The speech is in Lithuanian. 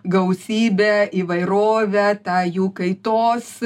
gausybę įvairovę tą jų kaitos